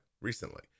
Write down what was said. Recently